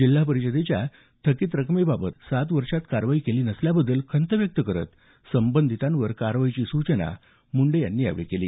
जिल्हा परिषदेच्या थकित रकमेबाबत सात वर्षांत कारवाई केली नसल्याबद्दल खंत व्यक्त करत संबंधितांवर कारवाईची सूचना मुंडे यांनी दिली